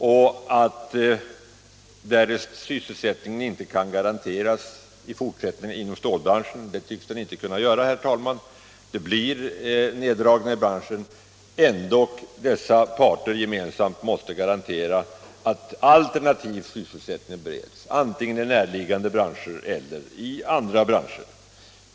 Och därest sysselsättningen i stålbranschen inte kan garanteras i fortsättningen — vilket man inte tycks kunna göra — utan det blir neddragningar, så måste dessa parter gemensamt skapa förutsättningar för att alternativ sysselsättning bereds, antingen i närliggande eller i andra branscher.